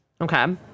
Okay